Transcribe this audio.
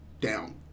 down